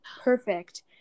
Perfect